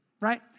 right